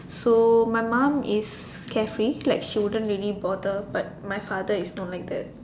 so my mom is care free like she wouldn't really bother but my father is not like that